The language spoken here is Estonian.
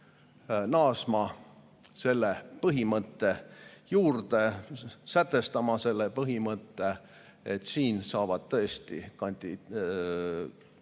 naasma selle põhimõtte juurde, sätestama selle põhimõtte, et siin saavad tõesti meie